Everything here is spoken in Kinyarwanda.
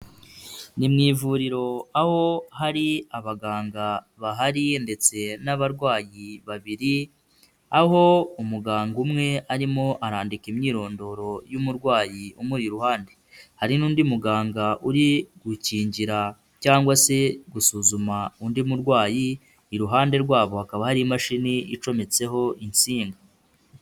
Ni mu ivuriro aho hari abaganga bahari ndetse n'abarwayi babiri, aho umuganga umwe arimo arandika imyirondoro y'umurwayi umuri iruhande, hari n'undi muganga uri gukingira cyangwa se gusuzuma undi murwayi, iruhande rwabo hakaba hari imashini icometseho insinga.